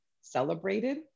celebrated